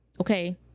Okay